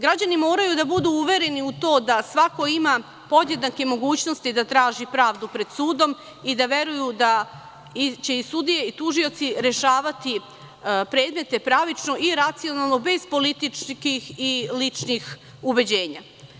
Građani moraju da budu uvereni u to da svako ima podjednake mogućnosti da traži pravdu pred sudom i da veruju da će i sudije i tužioci rešavati predmete pravično i racionalno, bez političkih i ličnih ubeđenja.